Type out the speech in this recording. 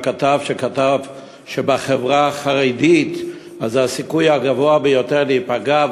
שהכתב שכתב שבחברה החרדית ישנו הסיכוי הגבוה ביותר להיפגע,